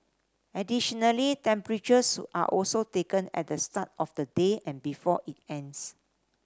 additionally temperatures are also taken at the start of the day and before it ends